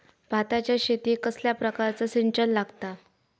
भाताच्या शेतीक कसल्या प्रकारचा सिंचन लागता?